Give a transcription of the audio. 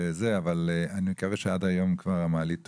אבל אני מקווה שעד היום המעלית כבר תוקנה.